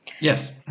Yes